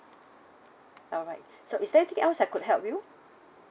alright so is there anything else I could help you